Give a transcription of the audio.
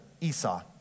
Esau